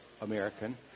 American